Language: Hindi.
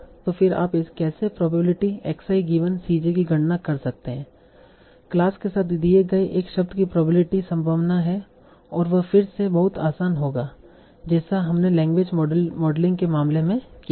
तो फिर आप कैसे probability x i given c j की गणना कर सकते हैं क्लास के साथ दिए गए एक शब्द की प्रोबेबिलिटी संभावना है और वह फिर से बहुत आसान होगा जैसा हमने लैंग्वेज मॉडलिंग के मामले में किया था